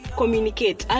communicate